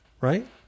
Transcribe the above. right